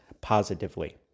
positively